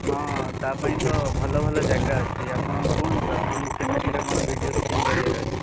ହଁ ତା ପାଇଁ ତ ଭଲ ଭଲ ଜାଗା ଅଛି ଆପଣ କୁହନ୍ତୁ ଆପଣଙ୍କୁ କେମିତିକା କ'ଣ ଭିଡ଼ିଓ ସୁଟିଙ୍ଗ କରିବାର ଅଛି